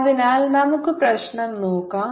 അതിനാൽ നമുക്ക് പ്രശ്നം നോക്കാം